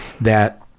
that-